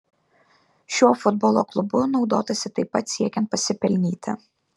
šiuo futbolo klubu naudotasi taip pat siekiant pasipelnyti